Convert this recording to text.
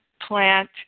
plant